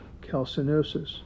calcinosis